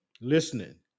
listening